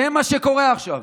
זה מה שקורה עכשיו.